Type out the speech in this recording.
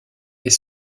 est